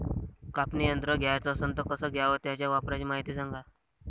कापनी यंत्र घ्याचं असन त कस घ्याव? त्याच्या वापराची मायती सांगा